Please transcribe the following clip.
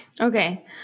Okay